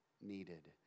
needed